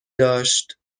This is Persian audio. داشت